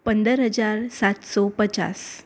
પંદર હજાર સાતસો પચાસ